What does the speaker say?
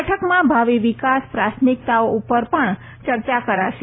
બેઠકમાં ભાવિ વિકાસ પ્રાથમિકતાઓ ઉપર પણ ચર્ચા કરાશે